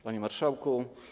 Panie Marszałku!